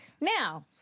Now